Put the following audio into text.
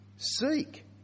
Seek